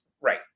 right